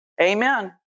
Amen